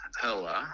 Hello